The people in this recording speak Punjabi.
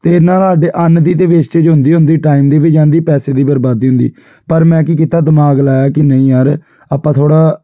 ਅਤੇ ਇਹਦੇ ਨਾਲ ਸਾਡੇ ਅੰਨ ਦੀ ਤਾਂ ਵੈਸਟੇਜ ਹੁੰਦੀ ਹੁੰਦੀ ਟਾਈਮ ਦੀ ਵੀ ਜਾਂਦੀ ਪੈਸੇ ਦੀ ਬਰਬਾਦੀ ਹੁੰਦੀ ਪਰ ਮੈਂ ਕੀ ਕੀਤਾ ਦਿਮਾਗ਼ ਲਾਇਆ ਕਿ ਨਹੀਂ ਯਾਰ ਆਪਾਂ ਥੋੜ੍ਹਾ